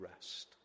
rest